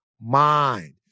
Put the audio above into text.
Mind